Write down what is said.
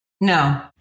No